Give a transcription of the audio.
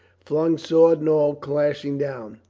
flung sword and all clashing down.